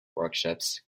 workshops